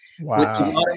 Wow